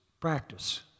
practice